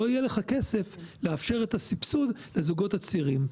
לא יהיה לך כסף לאפשר את הסבסוד לזוגות הצעירים.